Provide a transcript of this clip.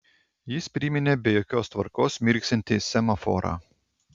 jis priminė be jokios tvarkos mirksintį semaforą